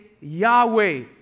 Yahweh